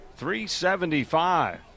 375